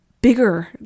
bigger